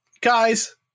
guys